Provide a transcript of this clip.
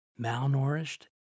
malnourished